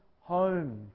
home